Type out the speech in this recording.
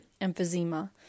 emphysema